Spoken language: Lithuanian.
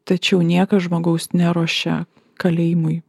tačiau niekas žmogaus neruošia kalėjimui